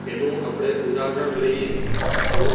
એનું આપણે ઉદાહરણ લઈએ તો